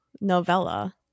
novella